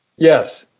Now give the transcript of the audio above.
yes.